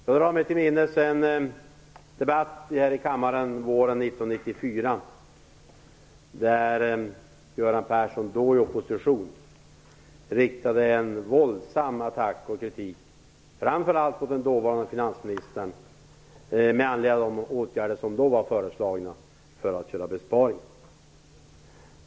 Jag drar mig till minnes en debatt i kammaren våren 1994 där Göran Persson, då i oppposition, riktade en våldsam attack och kritik mot framför allt dåvarande finansministern med anledning av de åtgärder som då var föreslagna för att göra besparingar.